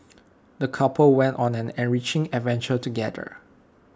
the couple went on an enriching adventure together